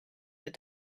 that